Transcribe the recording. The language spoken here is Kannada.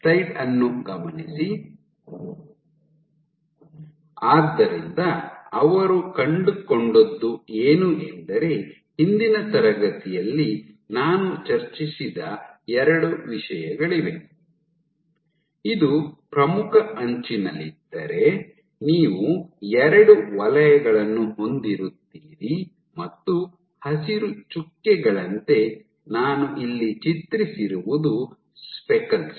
ಆದ್ದರಿಂದ ಅವರು ಕಂಡುಕೊಂಡದ್ದು ಏನು ಎಂದರೆ ಹಿಂದಿನ ತರಗತಿಯಲ್ಲಿ ನಾನು ಚರ್ಚಿಸಿದ ಎರಡು ವಿಷಯಗಳಿವೆ ಇದು ಪ್ರಮುಖ ಅಂಚಿನಲ್ಲಿದ್ದರೆ ನೀವು ಎರಡು ವಲಯಗಳನ್ನು ಹೊಂದಿರುತ್ತೀರಿ ಮತ್ತು ಹಸಿರು ಚುಕ್ಕೆಗಳಂತೆ ನಾನು ಇಲ್ಲಿ ಚಿತ್ರಿಸಿರುವುದು ಸ್ಪೆಕಲ್ಸ್